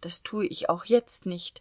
das tue ich auch jetzt nicht